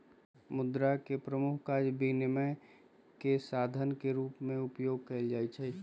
मुद्रा के प्रमुख काज विनिमय के साधन के रूप में उपयोग कयल जाइ छै